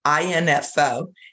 INFO